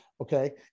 okay